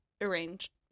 Arranged